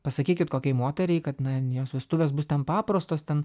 pasakykit kokiai moteriai kad jos vestuvės bus ten paprastos ten